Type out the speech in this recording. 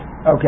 Okay